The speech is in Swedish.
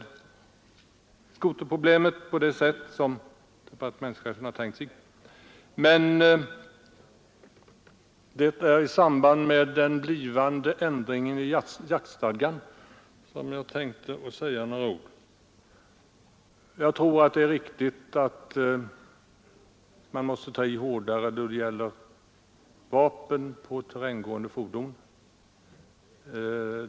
Men det var i samband med den blivande ändringen i jaktstadgan som jag ämnade säga några ord. Jag tror att det är riktigt att man måste ta i hårdare då det gäller vapen på terränggående fordon.